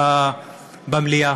במליאה.